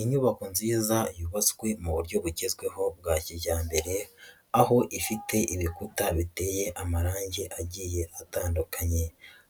Inyubako nziza yubatswe mu buryo bugezweho bwa kijyambere, aho ifite ibikuta biteye amarangi agiye atandukanye